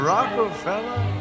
Rockefeller